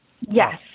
Yes